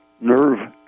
nerve